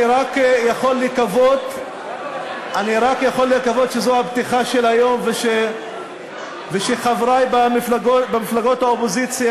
אני רק יכול לקוות שזאת הפתיחה של היום ושחברי במפלגות האופוזיציה